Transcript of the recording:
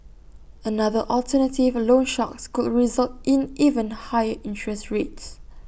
another alternative loan sharks could result in even higher interest rates